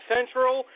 Central